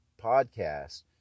podcast